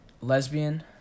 Lesbian